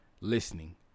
listening